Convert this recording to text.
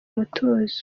mutuzo